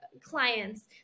clients